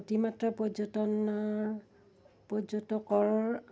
অতিমাত্ৰা পৰ্যটনৰ পৰ্যটকৰ